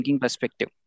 perspective